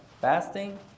fasting